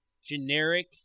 generic